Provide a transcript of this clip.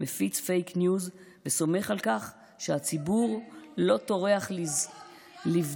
מפיץ פייק ניוז וסומך על כך שהציבור לא טורח לבדוק,